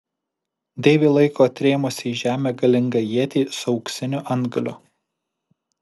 deivė laiko atrėmusi į žemę galingą ietį su auksiniu antgaliu